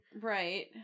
Right